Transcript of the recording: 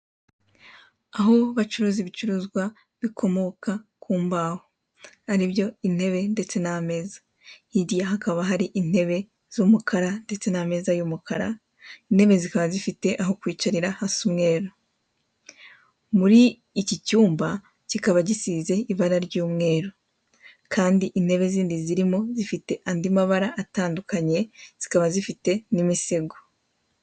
Aho bacuruza ibicuruzwa bikomoka kumbaho, aribyo intebe ndetse n'ameza hirya hakaba hari intebe z'umukara ndetse n'ameza y'umukara, intebe zikaba zifite aho kwicarira asa umweru. Muri ikicyumba kikaba gisize ibara ry'umweru kandi intebe zindi zirimo zifite andi mabara atandukanye zikaba zifite n'imisego.